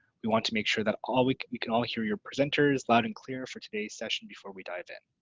we want to make sure that all we we can all hear your presenters loud and clear for today's session before we dive in.